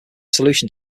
solution